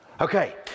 Okay